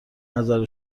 نظر